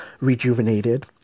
rejuvenated